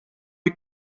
wie